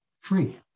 free